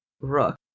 Rook